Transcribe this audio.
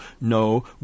no